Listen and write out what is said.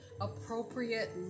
appropriate